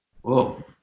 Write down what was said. Whoa